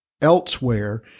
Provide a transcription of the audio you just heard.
elsewhere